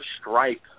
stripe